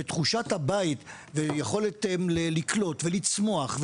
ותחושת הבית ויכולת לקלוט ולצמוח,